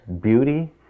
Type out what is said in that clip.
beauty